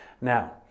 Now